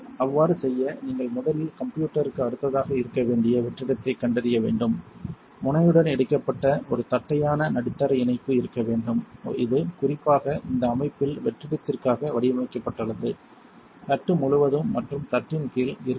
அவ்வாறு செய்ய நீங்கள் முதலில் கம்ப்யூட்டர்க்கு அடுத்ததாக இருக்க வேண்டிய வெற்றிடத்தைக் கண்டறிய வேண்டும் முனையுடன் இணைக்கப்பட்ட ஒரு தட்டையான நடுத்தர இணைப்பு இருக்க வேண்டும் இது குறிப்பாக இந்த அமைப்பில் வெற்றிடத்திற்காக வடிவமைக்கப்பட்டுள்ளது தட்டு முழுவதும் மற்றும் தட்டின் கீழ் இறுக்கமாக